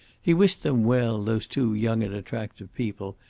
he wished them well, those two young and attractive people,